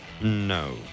No